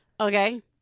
okay